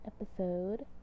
episode